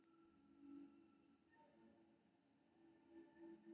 शिमला मिर्च, जेकरा लाल मिर्च सेहो कहल जाइ छै, एक तरहक जड़ी बूटी छियै